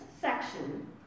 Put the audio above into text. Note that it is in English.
section